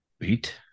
wait